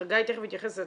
חגי תיכף יתייחס,